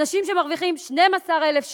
אנשים שמרוויחים 12,000 שקל,